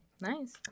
Nice